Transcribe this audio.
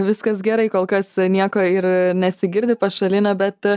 viskas gerai kol kas nieko ir nesigirdi pašalinio bet